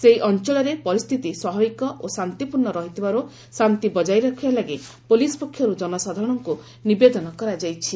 ସେହି ଅଞ୍ଚଳରେ ପରିସ୍ଥିତି ସ୍ୱାଭାବିକ ଓ ଶାନ୍ତିପୂର୍ଣ୍ଣ ରହିଥିବାରୁ ଶାନ୍ତି ବକାୟ ରଖିବା ଲାଗି ପୁଲିସ୍ ପକ୍ଷରୁ ଜନସାଧାରଣଙ୍କୁ ନିବେଦନ କରାଯାଇଛି